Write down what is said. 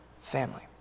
family